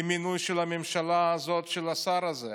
היא מינוי של הממשלה הזאת, של השר הזה.